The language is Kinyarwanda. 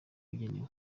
bagenewe